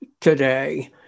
Today